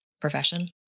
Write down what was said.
profession